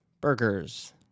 Burgers